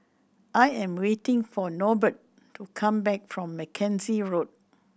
I am waiting for Norbert to come back from Mackenzie Road